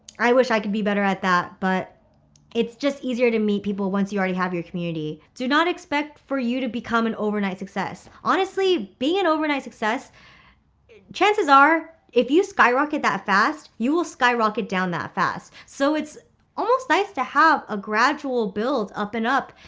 i wish i could be better at that, but it's just easier to meet people once you already have your community. do not expect for you to become an overnight success. honestly being an overnight success chances are, if you skyrocket that fast, you will skyrocket down that fast. so it's almost nice to have a gradual build up and up.